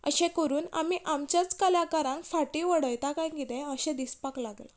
अशें करून आमी आमच्याच कलाकारांक फाटीं वडयता काय किदें अशें दिसपाक लागलां